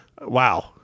wow